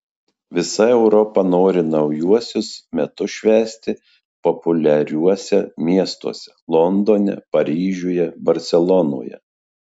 visa europa nori naujuosius metus švęsti populiariuose miestuose londone paryžiuje barselonoje